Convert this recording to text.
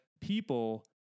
people